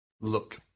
look